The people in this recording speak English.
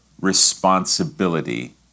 responsibility